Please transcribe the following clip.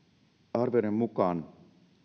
arvioiden mukaan